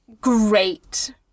Great